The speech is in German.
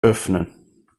öffnen